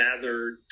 gathered